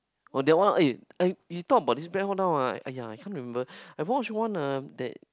oh that one eh I you talk about this brand one now ah !aiya! I can't remember I've watch one ah that